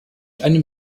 einem